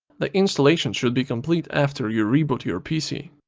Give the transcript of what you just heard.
the installation should be complete after you reboot your pc.